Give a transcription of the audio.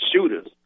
shooters